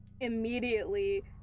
Immediately